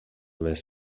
les